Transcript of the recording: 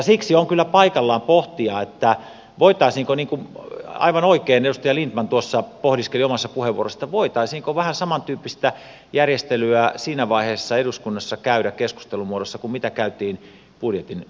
siksi on kyllä paikallaan pohtia sitä niin kuin aivan oikein edustaja lindtman pohdiskeli omassa puheenvuorossaan voitaisiinko vähän samantyyppistä järjestelyä siinä vaiheessa eduskunnassa käydä keskustelun muodossa kuin mitä käytiin budjetin osalta